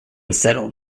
settled